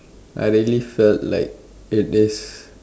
I really felt like it is